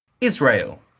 Israel